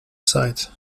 site